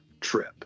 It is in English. trip